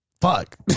fuck